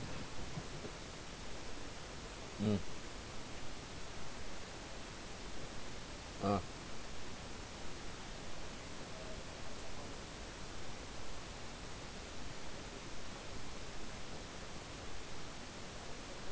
mm ah